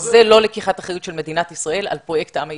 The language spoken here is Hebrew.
זו לא לקיחת אחריות של מדינת ישראל על פרויקט העם היהודי.